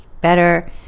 better